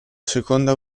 seconda